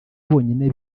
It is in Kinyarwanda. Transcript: bonyine